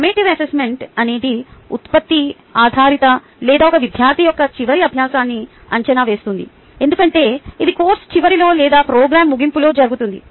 summative assessment అనేది ఉత్పత్తి ఆధారితది లేదా ఇది విద్యార్థి యొక్క చివరి అభ్యాసాన్ని అంచనా వేస్తుంది ఎందుకంటే ఇది కోర్సు చివరిలో లేదా ప్రోగ్రామ్ ముగింపులో జరుగుతుంది